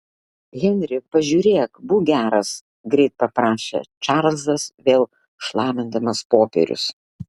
henri pažiūrėk būk geras greit paprašė čarlzas vėl šlamindamas popierius